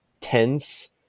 tense